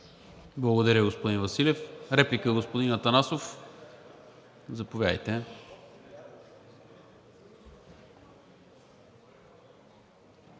Благодаря, господин Василев. Реплика, господин Атанасов? Заповядайте.